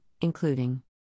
including